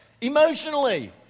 emotionally